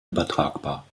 übertragbar